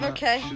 Okay